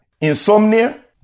insomnia